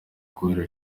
kubera